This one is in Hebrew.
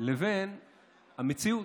לבין המציאות.